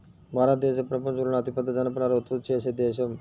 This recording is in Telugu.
భారతదేశం ప్రపంచంలోనే అతిపెద్ద జనపనార ఉత్పత్తి చేసే దేశం